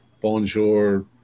Bonjour